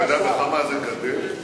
כמה זה גדל?